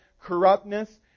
corruptness